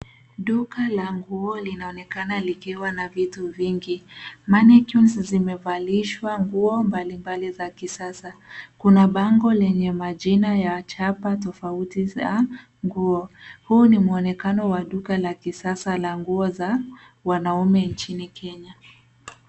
Duka la nguo linaonekana likiwa na vitu vingi. Mannequin zimevalishwa nguo mbalimbali za kisasa. Kuna bango lenye majina ya chapa tofauti za nguo. Huu ni mwonekano wa duka la kisasa la nguo za wanaume nchini Kenya.